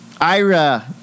Ira